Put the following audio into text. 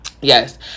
Yes